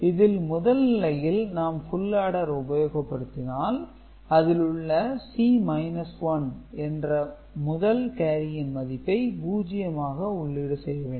இதில் முதல் நிலையில் நாம் புல் ஆடர் உபயோகப்படுத்தினால் அதிலுள்ள C 1என்ற முதல் கேரியின் மதிப்பை பூஜ்யமாக உள்ளீடு செய்ய வேண்டும்